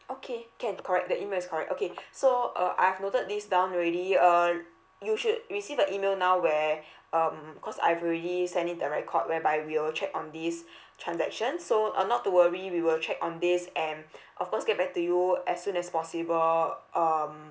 okay can correct the email is correct okay so uh I've noted this down already uh you should receive the email now where um cause I've already sent in the record whereby we will check on this transaction so uh not to worry we will check on this and of course get back to you as soon as possible um